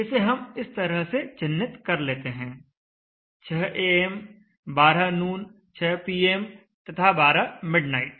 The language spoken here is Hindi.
इसे हम इस तरह से चिह्नित कर लेते हैं 600 AM am 12 noon 600 PM pm तथा 12 मिडनाइट